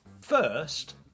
First